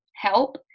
Help